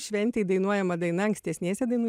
šventėj dainuojama daina ankstesnėse dainų